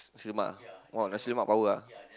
Nasi-Lemak ah !wah! Nasi-Lemak power ah